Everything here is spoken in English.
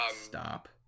stop